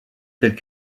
telles